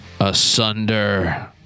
asunder